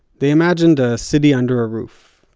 they imagined a city under a roof.